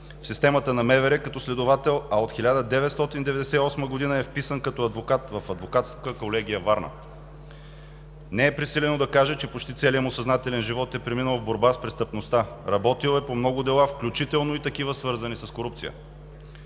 в системата на МВР като следовател, а от 1998 г. е вписан като адвокат в Адвокатската колегия – Варна. Не е пресилено да кажа, че почти целият му съзнателен живот е преминал в борба с престъпността. Работил е по много дела, включително и такива, свързани с корупция.